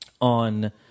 on